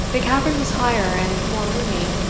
the cavern was higher and more roomy,